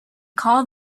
call